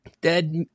dead